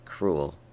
cruel